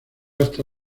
hasta